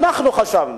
ואנחנו חושבים